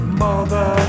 mother